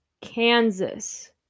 Kansas